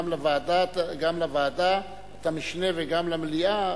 גם לוועדת המשנה וגם למליאה.